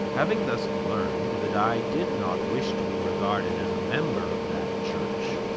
having thus learned that i did not wish to be regarded as a member of that church,